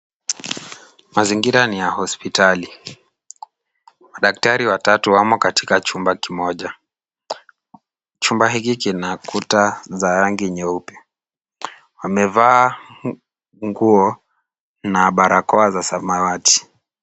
Mazingira ni ya hospitali ,madaktari watatu wamo katika chumba kimoja. Chumba hiki kina ukuta za rangi nyeupe. Wamevaa nguo na barakoa za samawati.